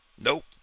Nope